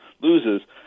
loses